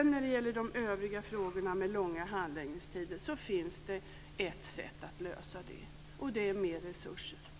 När det gäller övriga frågor som rör långa handläggningstider vill jag säga att det finns ett sätt att lösa dem, nämligen mer resurser, mer pengar.